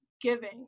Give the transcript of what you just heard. giving